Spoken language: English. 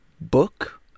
book